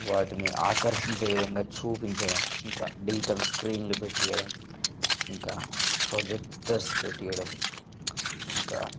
వాటిని ఆకర్షించే విధంగా చూపించడం ఇంకా డిజిటల్ స్క్రీన్లు పెట్టియ్యడం ఇంకా ప్రొజెక్టర్స్ పెట్టియ్యడం ఇంకా